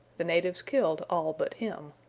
the natives killed all but him.